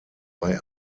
bei